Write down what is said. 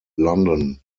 london